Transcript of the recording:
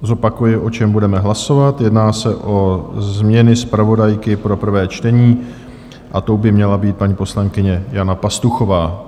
Zopakuji, o čem budeme hlasovat jedná se o změnu zpravodajky pro prvé čtení a tou by měla být paní poslankyně Jana Pastuchová.